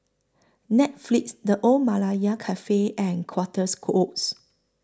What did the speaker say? Netflix The Old Malaya Cafe and Quarters Oats